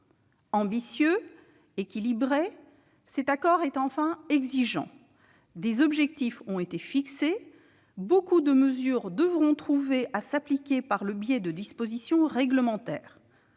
dernier lieu, cet accord est exigeant. Des objectifs ont été fixés. Beaucoup de mesures devront trouver à s'appliquer par le biais de dispositions réglementaires.